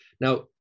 Now